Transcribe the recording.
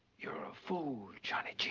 you're a fool, johnny.